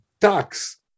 tax